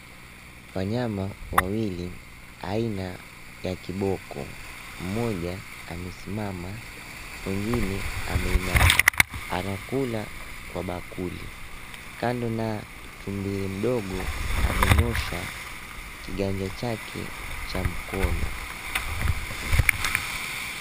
Wanyama wawili aina ya kiboko, mmoja amesimama mwengine ameinama, anakula kwa bakuli. Kando na tumbiri mdogo, amenyoosha kiganja chake cha mkono.